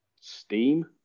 Steam